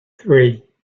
three